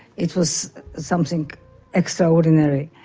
it was something extraordinary.